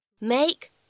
make